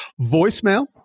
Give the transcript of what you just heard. Voicemail